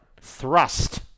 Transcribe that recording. thrust